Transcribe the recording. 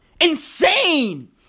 Insane